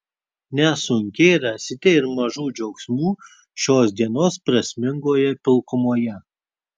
nesunkiai rasite ir mažų džiaugsmų šios dienos prasmingoje pilkumoje